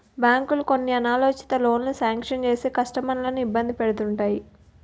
బ్యాంకులు కొన్ని అనాలోచిత లోనులు శాంక్షన్ చేసి కస్టమర్లను ఇబ్బంది పెడుతుంటాయి